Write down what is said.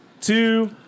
two